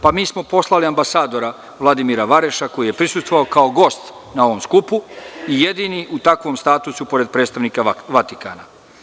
Pa, mi smo poslali ambasadora Vladimira Vareša, koji je prisustvovao kao gost na ovom skupu i jedini u takvom statusu pored predstavnika Vatikana.